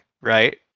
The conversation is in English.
right